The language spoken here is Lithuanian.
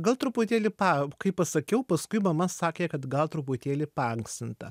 gal truputėlį pa kai pasakiau paskui mama sakė kad gal truputėlį paankstinta